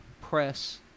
press